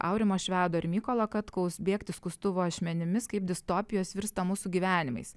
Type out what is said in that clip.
aurimo švedo ir mykolo katkaus bėgti skustuvo ašmenimis kaip distopijos virsta mūsų gyvenimais